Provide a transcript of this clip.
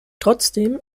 trotzdem